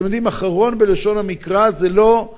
אתם יודעים אחרון בלשון המקרא זה לא